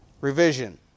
revision